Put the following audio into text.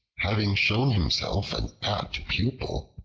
having shown himself an apt pupil,